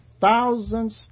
thousands